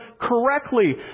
correctly